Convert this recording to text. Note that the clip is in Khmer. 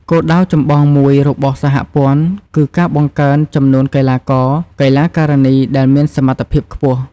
គោលដៅចម្បងមួយរបស់សហព័ន្ធគឺការបង្កើនចំនួនកីឡាករ-កីឡាការិនីដែលមានសមត្ថភាពខ្ពស់។